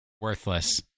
Worthless